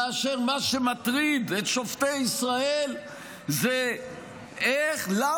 כאשר מה שמטריד את שופטי ישראל זה למה